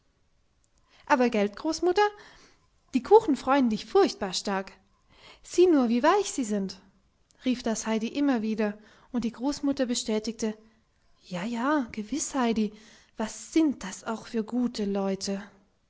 aber gelt großmutter die kuchen freuen dich furchtbar stark sieh nur wie weich sie sind rief das heidi immer wieder und die großmutter bestätigte ja ja gewiß heidi was sind das auch für gute leute